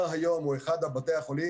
נקודה שניה הבנייה של בית החולים